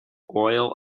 oil